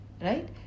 right